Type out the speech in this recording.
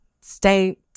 stay